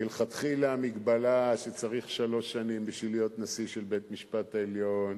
מלכתחילה המגבלה שצריך שלוש שנים בשביל להיות נשיא של בית-משפט העליון